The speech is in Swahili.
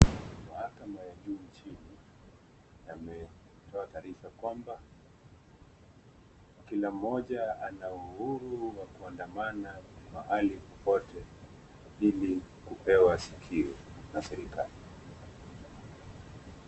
Mahakama ya juu nchini yametoa taarifa kwamba kila mmoja ana uhuru ya kuandamana mahali popote ili kupewa sikio na serikali.